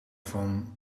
van